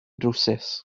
drywsus